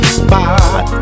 spot